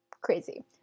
crazy